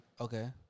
Okay